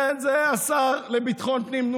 כן, זה השר לביטחון פנים.